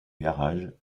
garage